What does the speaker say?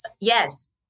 Yes